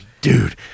dude